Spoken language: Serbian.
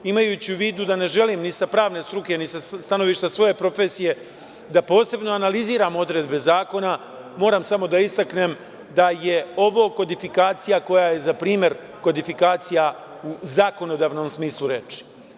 Imajući u vidu da ne želim, ni sa pravne struke, ni sa stanovišta svoje profesije da posebno analiziram odredbe zakona, moram samo da istaknem da je ovo kodifikacija koja je za primer kodifikacija u zakonodavnom smislu reči.